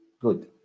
good